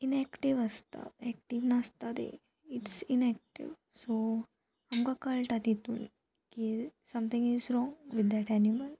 inactive आसता active नासता ते इट्स इनएक्टीव सो आमकां कळटा तितून की something is wrong with that animal